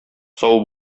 сау